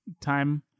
time